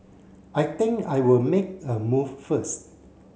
I think I'll make a move first